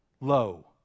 low